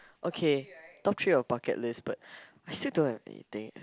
okay top three of bucket list but I still don't have anything